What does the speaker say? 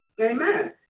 Amen